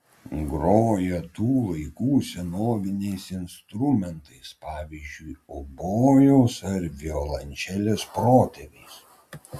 groja tų laikų senoviniais instrumentais pavyzdžiui obojaus ar violončelės protėviais